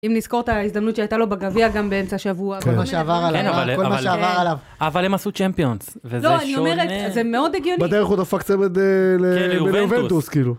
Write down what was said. אם נזכור את ההזדמנות שהייתה לו בגביע גם באמצע השבוע, כל מה שעבר עליו, כל מה שעבר עליו. אבל הם עשו צ'מפיונס, וזה שונה. לא, אני אומרת, זה מאוד הגיוני. בדרך הוא דפק צמד, כן ליובנטוס, ליובנטוס, כאילו.